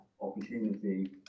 opportunity